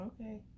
Okay